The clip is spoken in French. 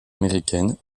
américaine